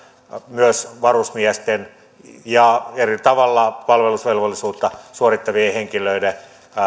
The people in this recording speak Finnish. myös varusmiesten ja eri tavalla palvelusvelvollisuutta suorittavien henkilöiden